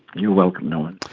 you're welcome norman.